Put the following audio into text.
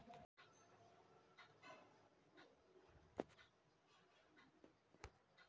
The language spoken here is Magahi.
आज भी देश में बहुत ए प्रतिधारित आय वाला लोग शामिल कइल जाहई